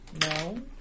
No